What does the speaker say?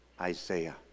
Isaiah